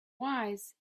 wise